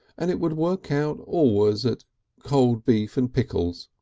and it would work out always at cold beef and pickles,